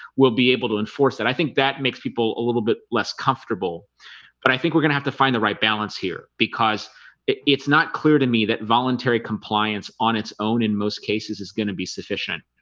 will be able to enforce that. i think that makes people a little bit less comfortable but i think we're gonna have to find the right balance here because it's not clear to me that voluntary compliance on its own in most cases is gonna be sufficient,